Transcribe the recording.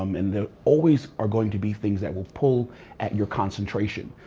um and there always are going to be things that will pull at your concentration.